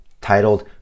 titled